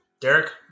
Derek